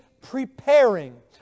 preparing